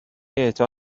اعطا